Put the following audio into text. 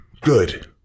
good